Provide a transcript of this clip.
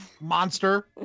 monster